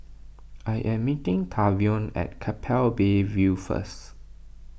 I am meeting Tavion at Keppel Bay View first